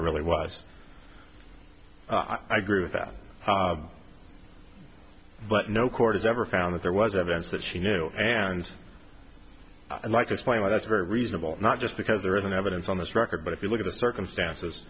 really was i agree with that but no court has ever found that there was evidence that she knew and i'd like to explain why that's very reasonable not just because there isn't evidence on this record but if you look at the circumstances